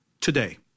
today